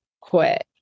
quit